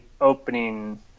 opening